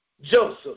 Joseph